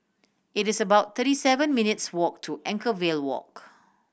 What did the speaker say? it is about thirty seven minutes' walk to Anchorvale Walk